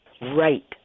Right